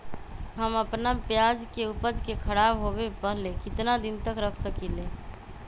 हम अपना प्याज के ऊपज के खराब होबे पहले कितना दिन तक रख सकीं ले?